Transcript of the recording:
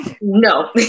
no